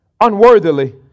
unworthily